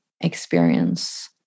experience